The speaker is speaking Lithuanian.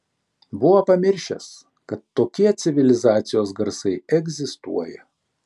buvo pamiršęs kad tokie civilizacijos garsai egzistuoja